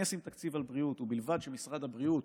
אני אשים תקציב על בריאות ובלבד שמשרד הבריאות